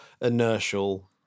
inertial